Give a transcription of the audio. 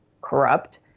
corrupt